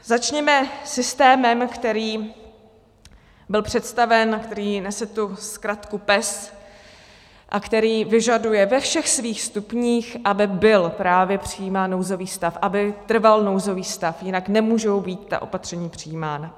Začněme systémem, který byl představen, který nese tu zkratku PES a který vyžaduje ve všech svých stupních, aby byl právě přijímán nouzový stav, aby trval nouzový stav, jinak nemůžou být ta opatření přijímána.